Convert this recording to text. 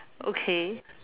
okay